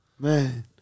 Man